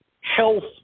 health